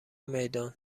میدان